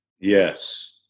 Yes